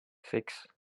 six